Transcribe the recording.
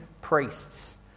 priests